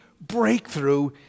breakthrough